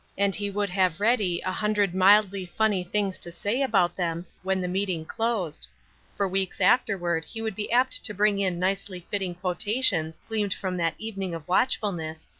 and he would have ready a hundred mildly funny things to say about them when the meeting closed for weeks afterward he would be apt to bring in nicely fitting quotations gleaned from that evening of watchfulness,